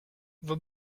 vos